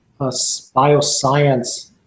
bioscience